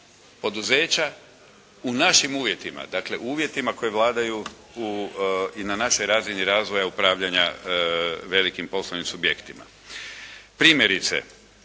poduzeća u našim uvjetima, dakle u uvjetima koji vladaju i na našoj razini razvoja upravljanja velikim poslovnim subjektima. Primjerice,